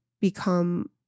become